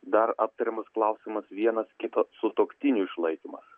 dar aptariamas klausimas vienas kito sutuoktinių išlaikymas